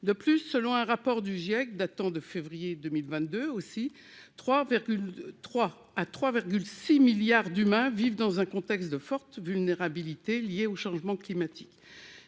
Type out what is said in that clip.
De plus, selon un rapport du Giec de février 2022, de 3,3 à 3,6 milliards d'humains vivent dans un contexte de fortes vulnérabilités liées au changement climatique.